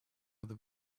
other